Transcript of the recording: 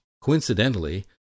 coincidentally